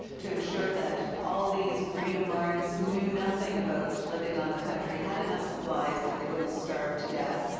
to ensure that all these greenhorns who knew nothing about living on the country had enough supplies that they wouldn't starve to death.